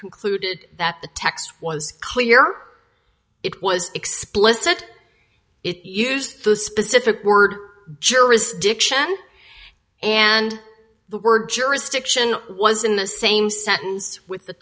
concluded that the text was clear it was explicit it used the specific word jurisdiction and the word jurisdiction was in the same sentence with t